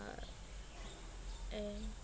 and